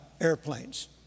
airplanes